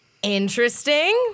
Interesting